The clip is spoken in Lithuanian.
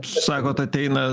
sakot ateina